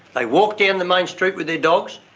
they walk down the main street with their dogs,